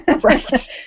Right